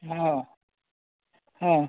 हँ हँ